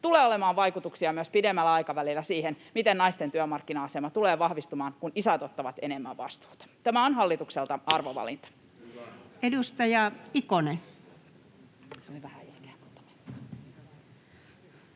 tulee olemaan vaikutuksia myös pidemmällä aikavälillä siihen, miten naisten työmarkkina-asema tulee vahvistumaan, kun isät ottavat enemmän vastuuta. Tämä on hallitukselta arvovalinta. Edustaja Ikonen. Arvoisa puhemies!